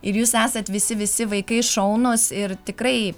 ir jūs esat visi visi vaikai šaunūs ir tikrai